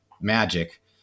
magic